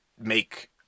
make